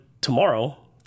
tomorrow